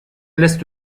لست